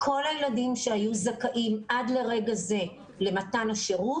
כל הילדים שהיו זכאים עד לרגע זה למתן השירות